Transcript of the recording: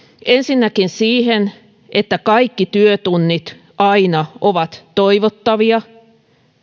ensinnäkin siihen että kaikki työtunnit aina ovat toivottavia